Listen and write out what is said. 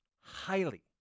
highly